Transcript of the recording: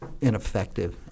ineffective